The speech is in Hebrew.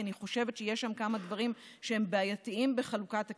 כי אני חושבת שיש שם כמה דברים שהם בעייתיים בחלוקת הכסף.